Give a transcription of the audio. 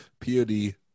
Pod